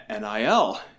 NIL